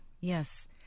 yes